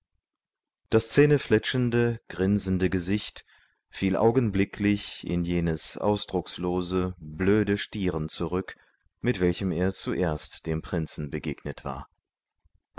das zähnefletschende grinsende gesicht fiel augenblicklich in jenes ausdruckslose blöde stieren zurück mit welchem er zuerst dem prinzen begegnet war